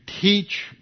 teach